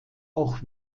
auch